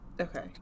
Okay